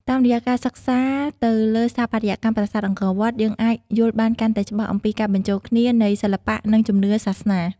តាមរយៈការសិក្សាទៅលើស្ថាបត្យកម្មប្រាសាទអង្គរវត្ត យើងអាចយល់បានកាន់តែច្បាស់អំពីការបញ្ចូលគ្នានៃសិល្បៈនិងជំនឿសាសនា។